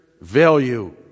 value